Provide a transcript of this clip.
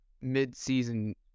mid-season